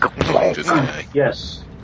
Yes